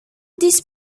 these